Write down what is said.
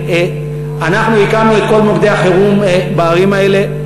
אנחנו הקמנו את כל מוקדי החירום בערים האלה.